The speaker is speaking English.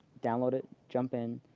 download it, jump in.